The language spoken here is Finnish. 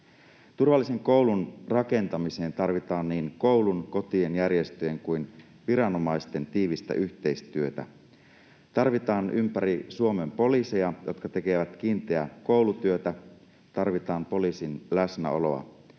Turvallisen koulun rakentamiseen tarvitaan niin koulun, kotien, järjestöjen kuin viranomaisten tiivistä yhteistyötä. Tarvitaan ympäri Suomen poliiseja, jotka tekevät kiinteää koulutyötä. Tarvitaan poliisin läsnäoloa.